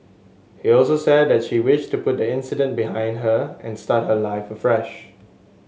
he also said that she wished to put the incident behind her and start her life afresh